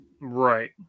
Right